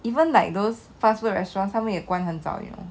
even like those fast food restaurants 他们也关很早 you know